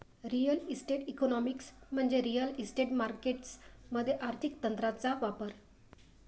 real estate economics म्हणजे real estate markets मध्ये आर्थिक तंत्रांचा वापर